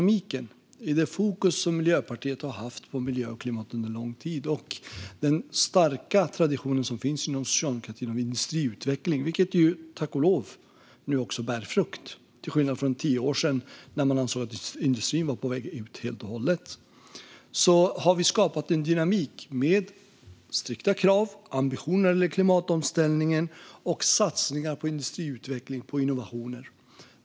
Med det fokus som Miljöpartiet har haft på miljö och klimat under lång tid och den starka tradition som finns inom socialdemokratin när det gäller industriutveckling - vilket tack och lov nu också bär frukt till skillnad från för tio år sedan när man ansåg att industrin var på väg ut helt och hållet - har vi skapat en dynamik med strikta krav och ambitioner när det gäller klimatomställningen och satsningar på industriutveckling och innovationer.